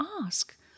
ask